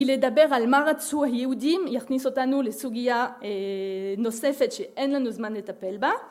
ולדבר על מה רצו היהודים יכניס אותנו לסוגיה נוספת שאין לנו זמן לטפל בה